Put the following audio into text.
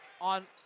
on